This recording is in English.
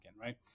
right